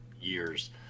years